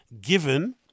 given